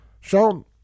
Sean